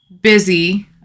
Busy